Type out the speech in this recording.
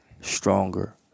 stronger